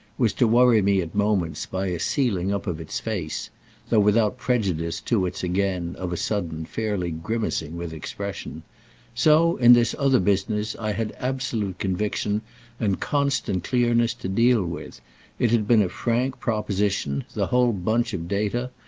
was to worry me at moments by a sealing-up of its face though without prejudice to its again, of a sudden, fairly grimacing with expression so in this other business i had absolute conviction and constant clearness to deal with it had been a frank proposition, the whole bunch of data,